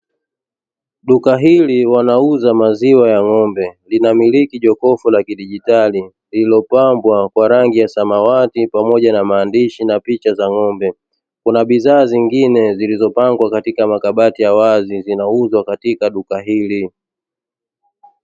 Duka hili wanauza maziwa ya ng'ombe linamiliki jokofu la kidijitali lililopambwa kwa rangi ya samawati, pamoja na maandishi na picha za ng'ombe kuna bidhaa nyingine zilizopangwa katika makabati ya wazi zinauzwa katika duka hili.